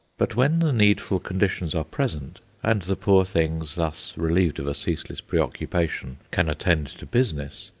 but when the needful conditions are present, and the poor things, thus relieved of a ceaseless preoccupation, can attend to business,